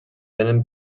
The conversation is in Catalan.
venen